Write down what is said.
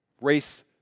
Race